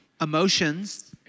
Emotions